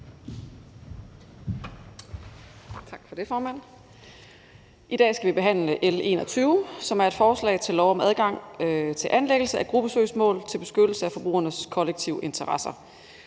Tak for det, formand. I dag skal vi behandle L 21, som er et forslag til lov om adgang til anlæggelse af gruppesøgsmål til beskyttelse af forbrugernes kollektive interesser.